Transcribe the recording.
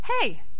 Hey